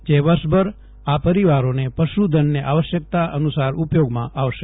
જે વર્ષભર આ પરિવારોને પશુધનને આવશ્યકતા અનુસાર ઉપયોગમાં આવશે